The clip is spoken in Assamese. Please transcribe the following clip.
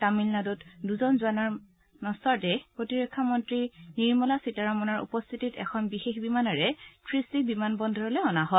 তামিলনাডুত দুজন জোৱানৰ মৃতদেহ প্ৰতিৰক্ষা মন্নী নিৰ্মলা সীতাৰমণৰ উপস্থিতিত এখন বিশেষ বিমানেৰে ত্ৰিশি বিমান বন্দৰলৈ অনা হয়